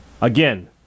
Again